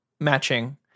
matching